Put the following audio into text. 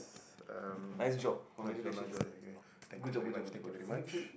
uh nice job nice job okay thank you very much thank you very much